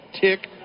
tick